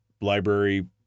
library –